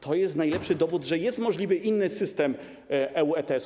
To jest najlepszy dowód na to, że jest możliwy inny system EU ETS.